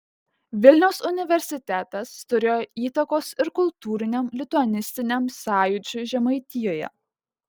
vilniaus universitetas turėjo įtakos ir kultūriniam lituanistiniam sąjūdžiui žemaitijoje